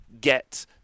get